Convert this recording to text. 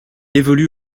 évolue